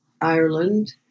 Ireland